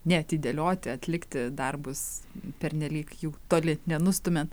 neatidėlioti atlikti darbus pernelyg jų toli nenustumiant